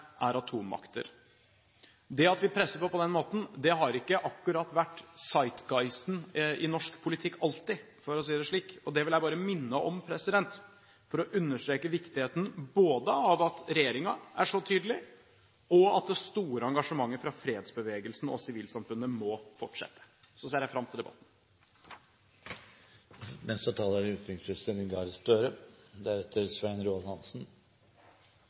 er atommakter. Det at vi presser på på denne måten, har ikke akkurat alltid vært «zeitgeist» i norsk politikk, for å si det slik. Det vil jeg bare minne om for å understreke viktigheten av at regjeringen er så tydelig, og at det store engasjementet fra fredsbevegelsen og sivilsamfunnet må fortsette. Så ser jeg fram til debatten.